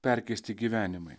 perkeisti gyvenimai